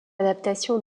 adaptation